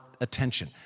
attention